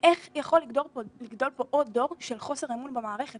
איך יכול לגדול פה עוד דור של חוסר אמון במערכת?